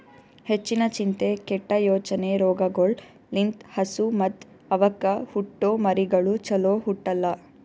ಹೆಚ್ಚಿನ ಚಿಂತೆ, ಕೆಟ್ಟ ಯೋಚನೆ ರೋಗಗೊಳ್ ಲಿಂತ್ ಹಸು ಮತ್ತ್ ಅವಕ್ಕ ಹುಟ್ಟೊ ಮರಿಗಳು ಚೊಲೋ ಹುಟ್ಟಲ್ಲ